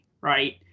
right